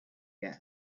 get